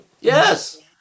Yes